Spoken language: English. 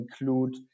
include